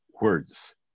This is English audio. words